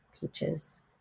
peaches